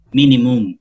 minimum